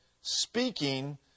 speaking